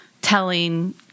telling